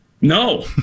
no